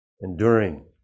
enduring